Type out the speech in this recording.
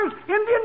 Indian